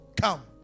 come